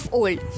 old